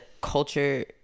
culture